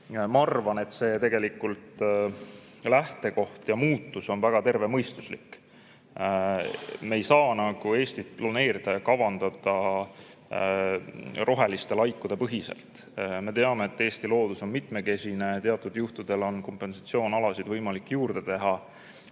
Ma arvan, et see lähtekoht ja muutus on väga tervemõistuslik. Me ei saa Eestit planeerida ja kavandada roheliste laikude põhiselt. Me teame, et Eesti loodus on mitmekesine, teatud juhtudel on kompensatsioonalasid võimalik juurde teha.